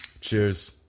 cheers